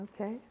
Okay